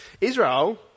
Israel